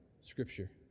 scripture